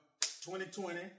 2020